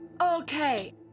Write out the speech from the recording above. Okay